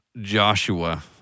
Joshua